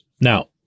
now